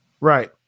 Right